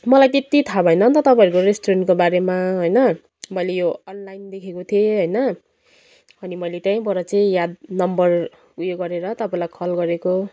मलाई त्यति थाहा भएन नि त तपाईँहरूको रेस्टुरेन्टको बारेमा होइन मैले यो अनलाइन देखेको थिएँ होइन अनि मैले त्यहीँबाट चाहिँ यहाँ नम्बर उयो गरेर तपाईँलाई कल गरेको